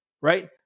right